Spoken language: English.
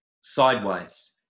sideways